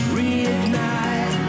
reignite